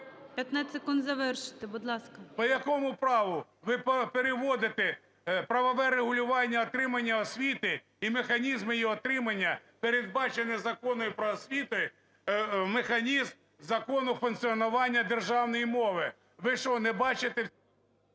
15 секунд завершити, будь ласка. НІМЧЕНКО В.І. По якому праву ви переводите правове регулювання отримання освіти і механізми її отримання, передбачені Законом "Про освіту", в механізм Закону функціонування державної мови? Ви що, не бачите…